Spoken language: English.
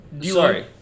sorry